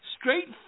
straight